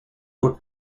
were